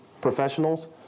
professionals